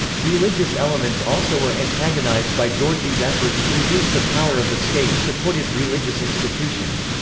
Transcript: religious elements also were antagonized by dorji's efforts to reduce the power of the state-supported religious institutions.